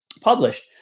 published